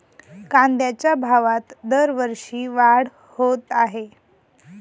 कांद्याच्या भावात दरवर्षी वाढ होत आहे